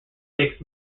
fixed